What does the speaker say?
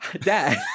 dad